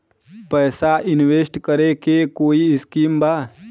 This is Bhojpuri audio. पैसा इंवेस्ट करे के कोई स्कीम बा?